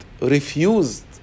refused